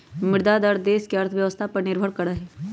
मुद्रा दर देश के अर्थव्यवस्था पर निर्भर करा हई